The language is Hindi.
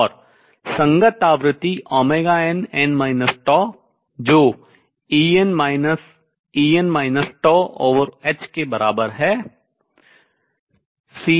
और संगत आवृत्ति nn τ जो En En τℏ के बराबर है